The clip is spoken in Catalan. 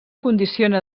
condiciona